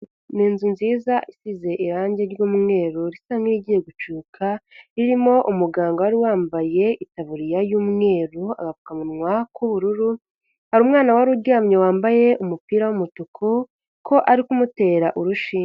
Ni inzu nziza isize irangi ry'umweru risa nk'irigiye gucuyuka, irimo umuganga wari wambaye itaburiya y'umweru, agapfukamunwa k'ubururu, hari umwana wari uryamye wambaye umupira w'umutuku, ko ari kumutera urushinge.